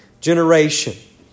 generation